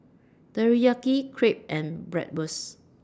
Teriyaki Crepe and Bratwurst